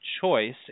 choice